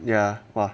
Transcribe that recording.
ya !wah!